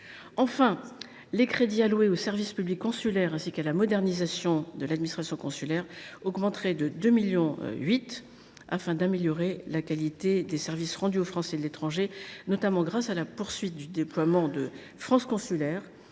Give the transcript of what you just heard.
Enfin, les crédits alloués au service public consulaire, ainsi qu’à la modernisation de l’administration consulaire, augmenteront de 2,8 millions d’euros, afin d’améliorer la qualité des services rendus aux Français de l’étranger. Je pense notamment à la poursuite du déploiement du service France Consulaire,